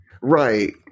Right